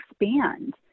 expand